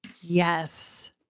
Yes